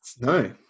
No